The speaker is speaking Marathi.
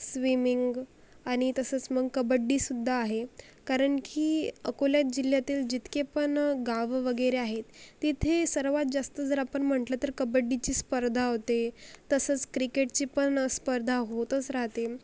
स्विमिंग आणि तसंच मग कबड्डीसुद्धा आहे कारण की अकोला जिल्ह्यातील जितके पण गावं वगैरे आहेत तिथे सर्वात जास्त जर आपण म्हटलं तर कबड्डीची स्पर्धा होते तसंच क्रिकेटची पण स्पर्धा होतंच राहते